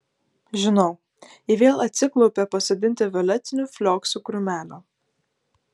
žinau ji vėl atsiklaupė pasodinti violetinių flioksų krūmelio